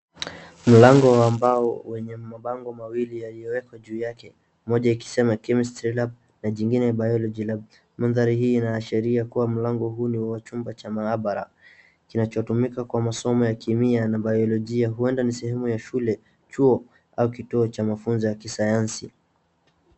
Mlango wa mbao wenye mabango mawili yaliyowekwa juu yake, moja ikisema Chemistry Lab na jingine Biology Lab . Mandhari hii inaashiria kuwa mlango huu ni wa chumba cha maabara kinachotumika kwa masomo ya kemia na biolojia huenda ni sehemu ya shule, chuo au kituo cha mafunzo ya kisayansi.